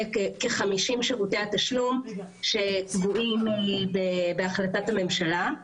כ-50 שירותי התשלום שקבועים בהחלטת הממשלה.